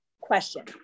question